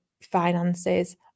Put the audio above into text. finances